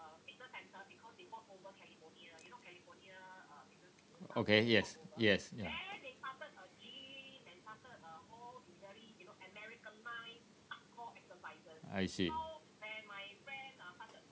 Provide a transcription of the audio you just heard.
okay yes yes ya I see